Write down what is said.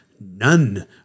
None